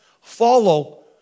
Follow